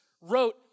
wrote